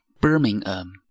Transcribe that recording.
Birmingham